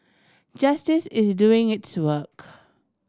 justice is doing its work